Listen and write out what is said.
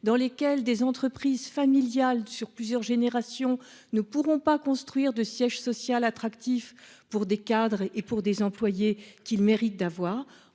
dans lesquels des entreprises familiales sur plusieurs générations ne pourront pas construire de siège social attractif pour des cadres et et pour des employés qu'mérite d'avoir.